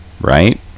right